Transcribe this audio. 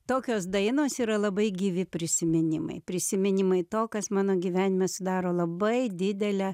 tokios dainos yra labai gyvi prisiminimai prisiminimai to kas mano gyvenime sudaro labai didelę